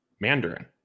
Mandarin